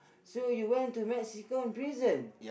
so you went to Mexican prison